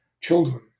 children